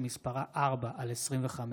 שמספרה פ/753/25,